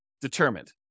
determined